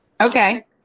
Okay